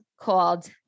called